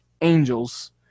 Angels